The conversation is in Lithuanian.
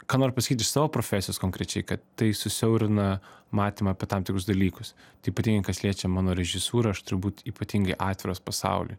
ką noriu pasakyt iš savo profesijos konkrečiai kad tai susiaurina matymą apie tam tikrus dalykus tai ypatingai kas liečia mano režisūrą aš turbūt ypatingai atviras pasauliui